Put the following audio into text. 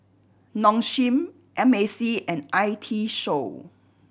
Nong Shim M A C and I T Show